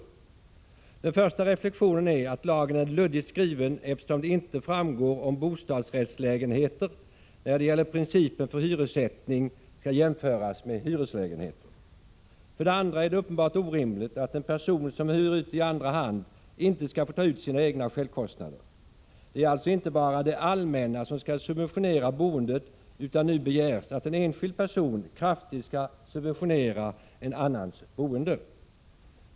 För det första är min reflexion att lagen är luddigt skriven eftersom det inte framgår om bostadsrättslägenheter, när det gäller principen för hyressättning, skall jämföras med hyreslägenheter. För det andra är det uppenbart orimligt att en person som hyr ut i andra hand inte skall få ta ut sina egna självkostnader. Det är alltså inte bara det allmänna som skall subventionera boendet, utan nu begärs att en enskild person kraftigt skall subventionera en annans boende.